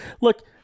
Look